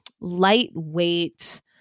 lightweight